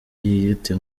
yiyita